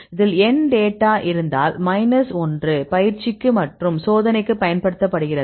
இதில் n data இருந்தால் minus 1 பயிற்சிக்கு மற்றும் சோதனைக்கு பயன்படுத்தப்படுகிறது